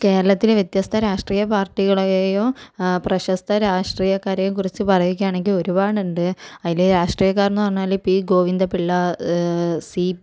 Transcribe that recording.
കേരളത്തിലെ വ്യത്യസ്ത രാഷ്ട്രീയ പാർട്ടികളെയോ പ്രശസ്ത രാഷ്ട്രീയക്കാരെയോ കുറിച്ച് പറയുകയാണെങ്കിൽ ഒരുപാടുണ്ട് അതിൽ രാഷ്ട്രീയക്കാരെന്ന് പറഞ്ഞാൽ P Govinda Pillai C P